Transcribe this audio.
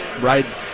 rides